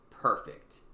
Perfect